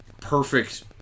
perfect